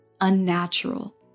unnatural